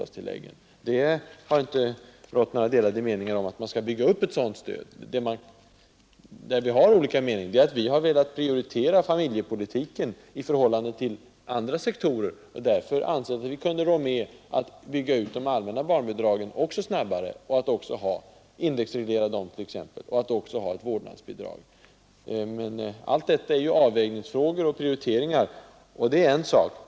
Det har inte rått några delade meningar om att vi skall bygga upp ett sådant stöd. Meningarna har gått isär när vi har velat prioritera familjepolitiken i förhållande till andra sektorer och ansett oss kunna rå med att samtidigt bygga ut de allmänna barnbidragen snabbare och indexreglera dem och att därjämte ha ett vårdnadsbidrag. Men allt det där är avvägningsfrågor och prioriteringar, och det är en sak.